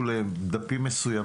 מצגת)